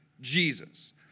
Jesus